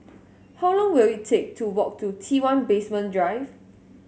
how long will it take to walk to T One Basement Drive